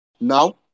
now